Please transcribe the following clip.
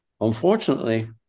Unfortunately